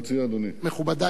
מכובדי כולם.